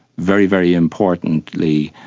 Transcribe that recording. very, very importantly,